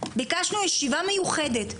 ביקשנו ישיבה מיוחדת.